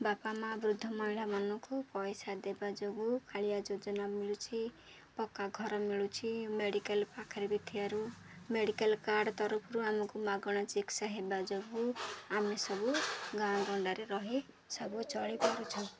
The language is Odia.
ବାପା ମା' ବୃଦ୍ଧ ମହିଳାମାନଙ୍କୁ ପଇସା ଦେବା ଯୋଗୁଁ କାଳିଆ ଯୋଜନା ମିଳୁଛି ପକ୍କା ଘର ମିଳୁଛି ମେଡ଼ିକାଲ୍ ପାଖରେ ବି ଥିବାରୁ ମେଡ଼ିକାଲ୍ କାର୍ଡ଼ ତରଫରୁ ଆମକୁ ମାଗଣା ଚିକିତ୍ସା ହେବା ଯୋଗୁଁ ଆମେ ସବୁ ଗାଁଗଣ୍ଡାରେ ରହି ସବୁ ଚଳିପାରୁଛୁ